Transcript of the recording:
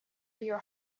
your